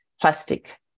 plastic